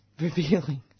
revealing